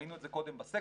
ראינו את זה קודם בסקר,